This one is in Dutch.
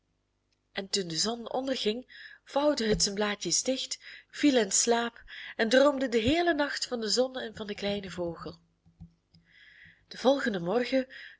en toen de zon onderging vouwde het zijn blaadjes dicht viel in slaap en droomde den heelen nacht van de zon en van den kleinen vogel den volgenden morgen